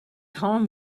home